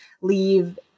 leave